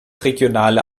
regionale